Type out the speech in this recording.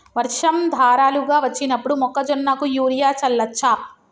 వర్షం ధారలుగా వచ్చినప్పుడు మొక్కజొన్న కు యూరియా చల్లచ్చా?